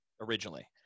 originally